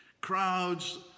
crowds